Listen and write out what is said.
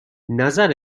نظر